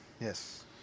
Yes